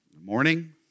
Morning